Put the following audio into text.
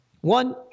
One